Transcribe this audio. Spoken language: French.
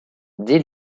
dès